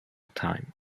time